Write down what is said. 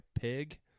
Pig